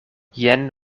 jen